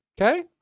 Okay